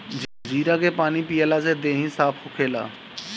जीरा के पानी पियला से देहि साफ़ होखेला